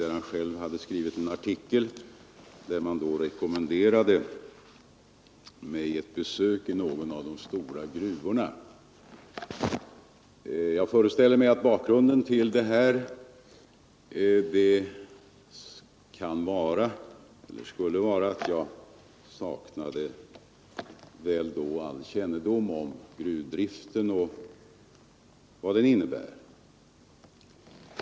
Där hade han själv skrivit en artikel i vilken man rekommenderade mig ett besök i någon av de stora gruvorna. Jag föreställer mig att bakgrunden till detta skulle vara att jag skulle sakna all kännedom om gruvdriften och vad den innebär.